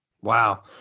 Wow